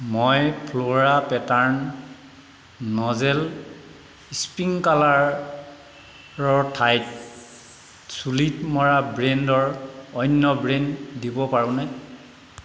মই flower pattern nozzle স্প্ৰিংকলাৰৰ ঠাইত চুলিত মৰা বেণ্ডৰ অন্য ব্ৰেণ্ড দিব পাৰোঁনে